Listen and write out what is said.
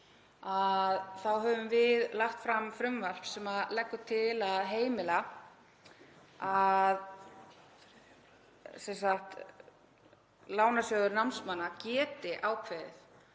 þá höfum við lagt fram frumvarp um að heimila að lánasjóður námsmanna geti ákveðið